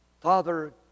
Father